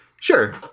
Sure